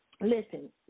Listen